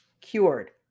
cured